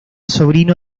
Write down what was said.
sobrino